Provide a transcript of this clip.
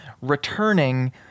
returning